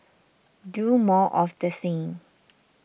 do more of the same